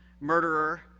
murderer